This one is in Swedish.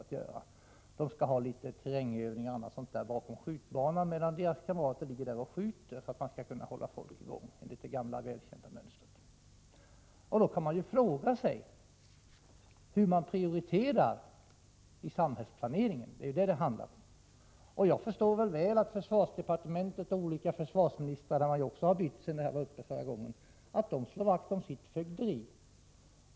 Ett antal värnpliktiga har terrängövningar och liknande bakom skjutbanan medan deras kamrater genomför skjutövningar — det är så man håller dem i gång enligt det gamla välkända mönstret. Då finns det anledning att fråga sig hur man prioriterar i samhällsplaneringen. Det är nämligen detta det handlar om. Jag förstår att försvarsdepartementet och olika försvarsministrar — det har ju blivit byte även på försvarsministerposten sedan jag hade den här frågan uppe förra gången — slår vakt om sitt fögderi.